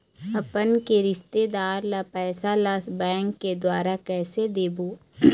अपन के रिश्तेदार ला पैसा ला बैंक के द्वारा कैसे देबो?